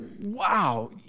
wow